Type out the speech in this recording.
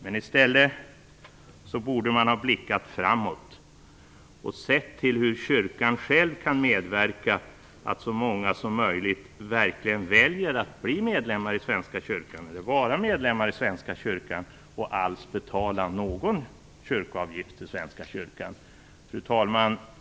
I stället borde man ha blickat framåt och sett efter hur kyrkan själv kan medverka till att så många som möjligt verkligen väljer att vara medlemmar i Svenska kyrkan och alls betala någon kyrkoavgift. Fru talman!